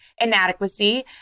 inadequacy